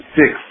six